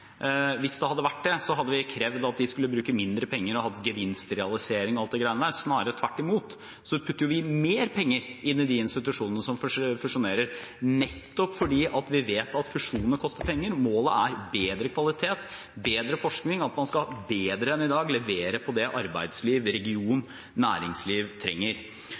hatt gevinstrealisering og annet. Snarere tvert imot putter vi mer penger inn i de institusjonene som fusjonerer, nettopp fordi vi vet at fusjonene koster penger. Målet er bedre kvalitet, bedre forskning – at man bedre enn i dag skal levere på det som arbeidsliv, region og næringsliv trenger.